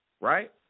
right